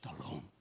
alone